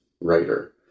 writer